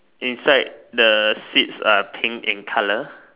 inside the seats are pink in color